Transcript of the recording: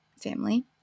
family